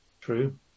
True